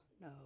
no